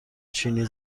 چینی